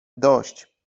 dość